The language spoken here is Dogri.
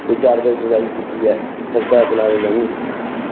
ते चारपाई च बंदे बुलाइयै सड़का लेई